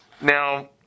Now